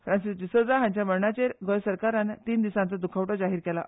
फ्रांसिस डिसोजा हांच्या मरणाचेर गोंय सरकारान तीन दिसांचो द्खवटो जाहीर केलो